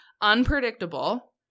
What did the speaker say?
unpredictable